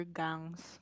gangs